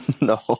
No